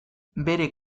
bere